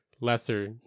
lesser